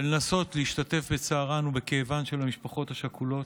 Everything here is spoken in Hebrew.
ולנסות להשתתף בצערן ובכאבן של המשפחות השכולות,